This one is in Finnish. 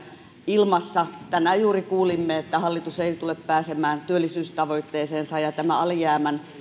ilmassa tänään juuri kuulimme että hallitus ei tule pääsemään työllisyystavoitteeseensa ja alijäämän